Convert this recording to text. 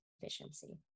efficiency